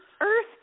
Earth